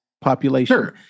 population